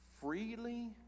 freely